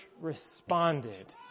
responded